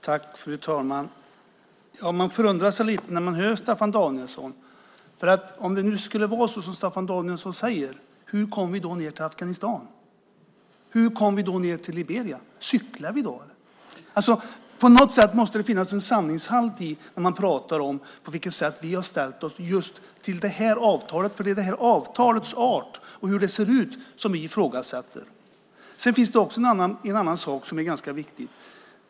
Fru talman! Man förundras lite när man hör Staffan Danielsson. Om det skulle vara som Staffan Danielsson säger, hur kom vi då ned till Afghanistan och Liberia? Cyklade vi då? På något sätt måste det finnas en sanningshalt i det man säger om hur vi har ställt oss till det här avtalet. Det är här avtalets art och hur det ser ut som vi ifrågasätter. Det finns också en annan sak som är ganska viktig.